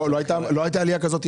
לא, לא הייתה עלייה כזאת.